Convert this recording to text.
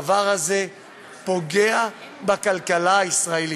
הדבר הזה פוגע בכלכלה הישראלית.